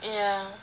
yeah